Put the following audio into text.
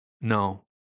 No